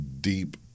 deep